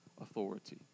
authority